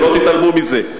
ולא תתעלמו מזה.